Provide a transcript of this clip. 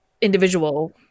individual